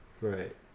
Right